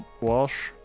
Walsh